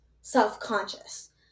self-conscious